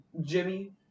Jimmy